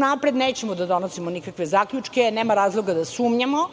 Unapred nećemo da donosimo nikakve zaključke, nema razloga da sumnjamo.